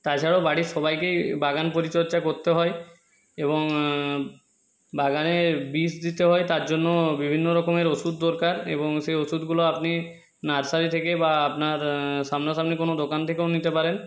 তাছাড়াও বাড়ির সবাইকে বাগান পরিচর্যা করতে হয় এবং বাগানে বিষ দিতে হয় তার জন্য বিভিন্ন রকমের ওষুধ দরকার এবং সেই ওষুধগুলো আপনি নার্সারি থেকে বা আপনার সামনাসামনি কোনো দোকান থেকেও নিতে পারেন